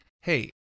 hey